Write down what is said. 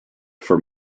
for